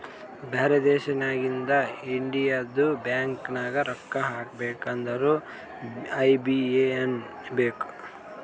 ಬ್ಯಾರೆ ದೇಶನಾಗಿಂದ್ ಇಂಡಿಯದು ಬ್ಯಾಂಕ್ ನಾಗ್ ರೊಕ್ಕಾ ಹಾಕಬೇಕ್ ಅಂದುರ್ ಐ.ಬಿ.ಎ.ಎನ್ ಬೇಕ್